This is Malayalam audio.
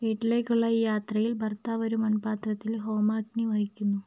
വീട്ടിലേക്കുള്ള ഈ യാത്രയിൽ ഭർത്താവ് ഒരു മൺപാത്രത്തിൽ ഹോമാഗ്നി വഹിക്കുന്നു